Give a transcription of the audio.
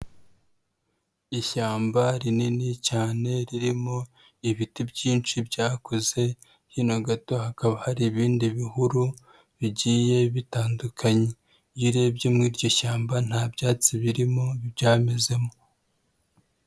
Ishyamba rinini cyane ririmo ibiti byinshi byakuze, hino gato hakaba hari ibindi bihuru bigiye bitandukanye, iyo urebye muri iryo shyamba nta byatsi birimo byamezemo.